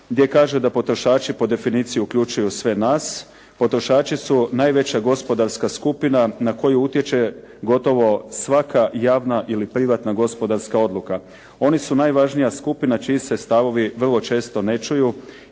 gdje kaže da potrošači po definiciji uključuju sve nas. Potrošači su najveća gospodarska skupina na koju utječe gotovo svaka javna ili privatna gospodarska odluka. Oni su najvažnija skupina čiji se stavovi vrlo često ne čuju